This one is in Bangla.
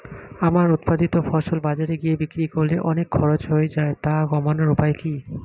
আমার উৎপাদিত ফসল বাজারে গিয়ে বিক্রি করলে অনেক খরচ হয়ে যায় তা কমানোর উপায় কি?